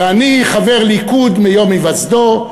ואני חבר הליכוד מיום היווסדו,